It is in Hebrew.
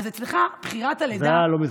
אז אצלך, בחירת הלידה, זה היה לא מזמן.